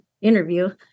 interview